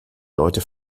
leute